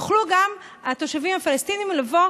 יוכלו גם התושבים הפלסטינים לבוא